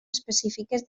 específiques